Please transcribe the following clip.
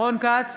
רון כץ,